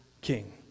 King